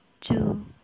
two